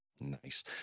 Nice